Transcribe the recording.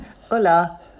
Hola